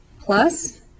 plus